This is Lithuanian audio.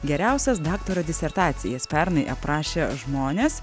geriausias daktaro disertacijas pernai aprašę žmonės